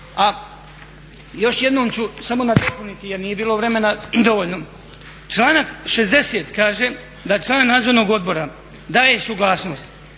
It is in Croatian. Još jednom ću samo nadopuniti jer nije bilo vremena dovoljno. Članak 60. kaže da član Nadzornog odbora daje suglasnost